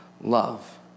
love